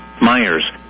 Myers